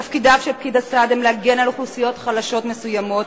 תפקידיו של פקיד הסעד הם להגן על אוכלוסיות חלשות מסוימות,